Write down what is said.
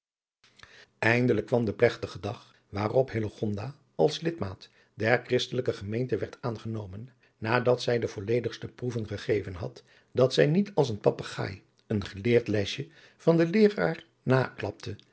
eindelijk kwam de plegtige dag waarop hillegonda als lidmaat der christelijke gemeente werd aangenomen nadat zij de volledigste proeven gegeven had dat zij niet als een papegaai een geleerd lesje van den leeraar naklapte